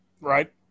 Right